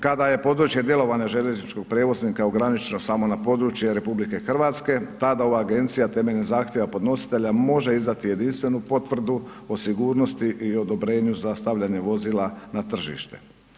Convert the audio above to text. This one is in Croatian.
Kada je područje djelovanja željezničkog prijevoznika ograničena samo na područje RH, tada ova agencija temeljem zahtjeva podnositelja može izdati jedinstvenu potvrdu o sigurnosti i odobrenju za stavljanje vozila na tržište.